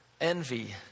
envy